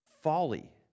Folly